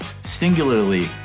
Singularly